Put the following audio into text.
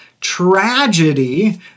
tragedy